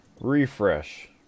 Refresh